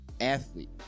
athlete